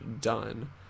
done